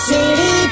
City